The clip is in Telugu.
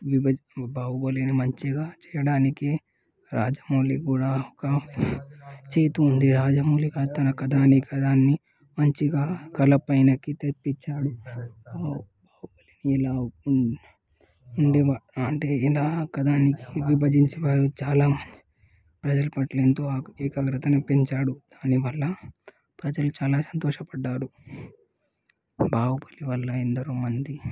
విభ బాహుబలిని మంచిగా చేయడానికి రాజమౌళి కూడా ఒక చేయి ఉంది రాజమౌళి కథనే కదా అని కదా అని మంచిగా కళ్లపైనకి తెప్పిచ్చాడు ఎలా ఉండి అంటే ఎలా కథానిక విభజించ చాలా ప్రజల పట్ల ఎంతో ఏకాగ్రతని పెంచాడు దానివల్ల ప్రజలు చాలా సంతోషపడ్డారు బాహుబలి వల్ల ఎందరో మంది